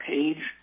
Page